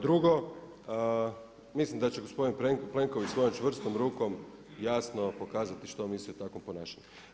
Drugo, mislim da će gospodin Plenković svojom čvrstom rukom jasno pokazati što misli o takvom ponašanju.